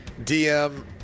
DM